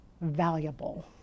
valuable